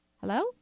Hello